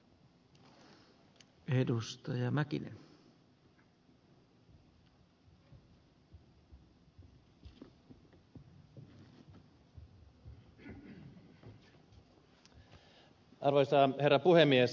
arvoisa herra puhemies